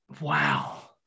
Wow